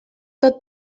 tot